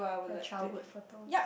your childhood photos